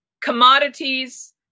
commodities